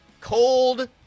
cold